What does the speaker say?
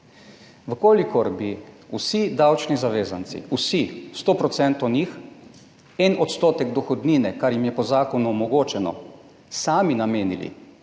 V kolikor bi vsi davčni zavezanci, vsi, 100 % njih, 1 % dohodnine, kar jim je po zakonu omogočeno, sami namenili